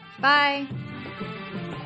Bye